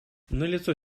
налицо